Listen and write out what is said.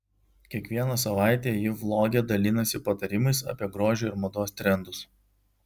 kiekvieną savaitę ji vloge dalinasi patarimais apie grožio ir mados trendus